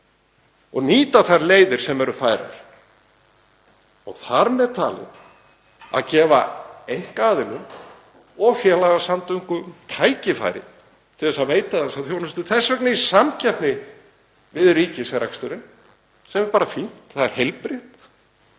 og nýta þær leiðir sem eru færar og þar með talið að gefa einkaaðilum og félagasamtökum tækifæri til að veita þessa þjónustu, þess vegna í samkeppni við ríkisreksturinn, sem er bara fínt. Það er heilbrigt.